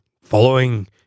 following